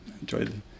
enjoyed